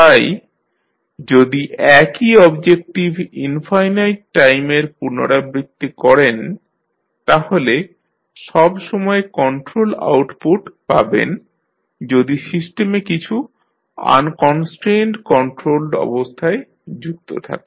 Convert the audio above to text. তাই যদি একই অবজেক্টিভ ইনফাইনাইট টাইমের পুনরাবৃত্তি করেন তাহলে সবসময় কন্ট্রোল আউটপুট পাবেন যদি সিস্টেমে কিছু আনকনস্ট্রেন্ড কন্ট্রোলড অবস্থায় যুক্ত থাকে